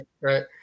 Right